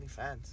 OnlyFans